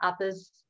others